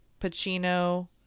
Pacino